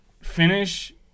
finish